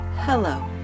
Hello